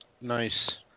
nice